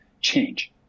change